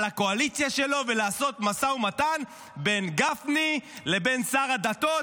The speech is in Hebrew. הקואליציה שלו ולעשות משא ומתן בין גפני לבין שר הדתות?